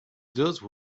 those